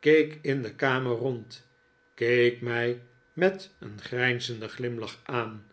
keek in de kamer rond keek mij met een grijnzenden glimlach aan